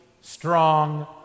strong